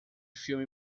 filme